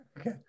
Okay